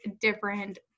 different